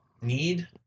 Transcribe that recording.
need